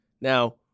Now